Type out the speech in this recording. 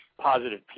positive